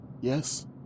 Yes